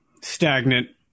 stagnant